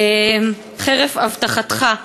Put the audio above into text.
חרף הבטחתך,